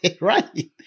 Right